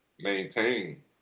maintain